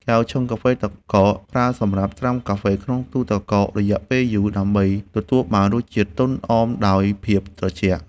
កែវឆុងកាហ្វេទឹកកក ប្រើសម្រាប់ត្រាំកាហ្វេក្នុងទូទឹកកករយៈពេលយូរ ដើម្បីទទួលបានរសជាតិទន់អមដោយភាពត្រជាក់។